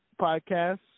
podcast